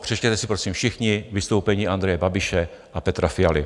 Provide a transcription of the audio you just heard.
Přečtěte si prosím všichni vystoupení Andreje Babiše a Petra Fialy.